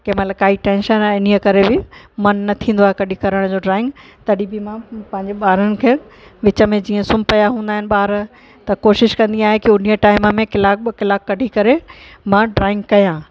कंहिं महिल काई टैंशन आहे इन करे बि मन न थींदो आहे कॾहिं करण जो ड्रॉइंग तॾहिं बि मां पंहिंजे ॿारनि खे विच में जीअं सुम्ही पया हूंदा आहिनि ॿार त कोशिश कंदी आहियां की उन टाइम में कलाक ॿ कलाक कढी करे मां ड्रॉइंग कयां